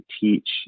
teach